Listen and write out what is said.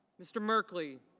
mr. markley.